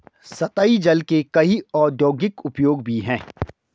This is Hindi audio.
सतही जल के कई औद्योगिक उपयोग भी हैं